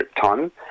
time